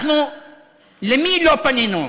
למי לא פנינו?